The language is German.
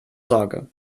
sorge